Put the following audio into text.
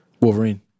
Wolverine